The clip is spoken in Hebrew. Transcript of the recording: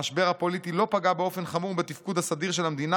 המשבר הפוליטי לא פגע באופן חמור בתפקוד הסדיר של המדינה